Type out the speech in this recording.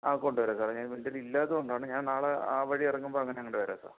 ആ കൊണ്ടുവരാം സാറേ എൻ്റെ കയ്യിൽ ഇല്ലാത്തതുകൊണ്ടാണ് ഞാൻ നാളെ ആ വഴി ഇറങ്ങുമ്പോൾ അങ്ങനെ അങ്ങോട്ട് വരാം സാറേ